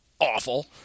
awful